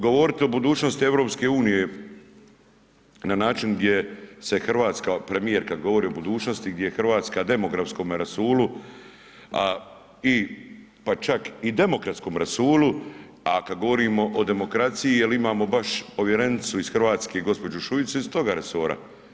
Govoriti o budućnosti EU-a na način gdje se Hrvatska, premijer kad govori o budućnosti gdje je Hrvatska u demografskom rasulu a i pa čak i demokratskom rasulu a kad govorimo o demokraciji, jel imamo baš povjerenicu iz Hrvatske, gđu. Šuicu iz toga resora.